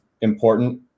important